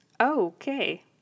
Okay